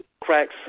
cracks